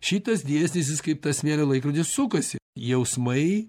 šitas dėsnis kaip tas smėlio laikrodis sukasi jausmai